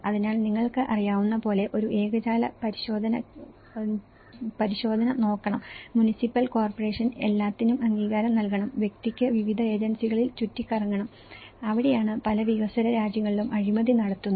അതിനാൽ നിങ്ങൾക്ക് അറിയാവുന്നപോലെ ഒരു ഏകജാലക പരിശോധന നോക്കണം മുനിസിപ്പൽ കോർപ്പറേഷൻ എല്ലാത്തിനും അംഗീകാരം നൽകണം വ്യക്തിക്ക് വിവിധ ഏജൻസികളിൽ ചുറ്റിക്കറങ്ങണം അവിടെയാണ് പല വികസ്വര രാജ്യങ്ങളും അഴിമതി നടത്തുന്നത്